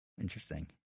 interesting